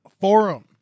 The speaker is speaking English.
forum